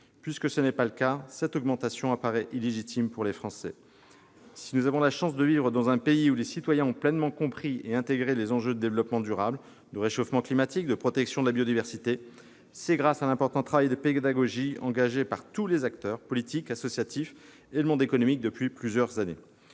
Puisque tel n'est pas le cas, cette augmentation apparaît illégitime aux yeux des Français. Si nous avons la chance de vivre dans un pays où les citoyens ont pleinement compris et intégré les enjeux de développement durable, de réchauffement climatique, de protection de la biodiversité, c'est grâce à l'important travail de pédagogie engagé, depuis plusieurs années, par tous les acteurs politiques, associatifs et du monde économique. Comme je